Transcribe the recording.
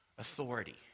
authority